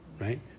right